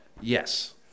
Yes